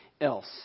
else